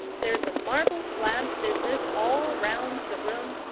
there's a marble-slab business all round the room,